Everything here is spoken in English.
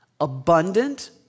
abundant